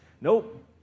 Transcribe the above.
Nope